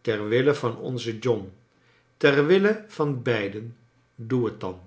ter wille van onzen john ter wille van beiden doe het dan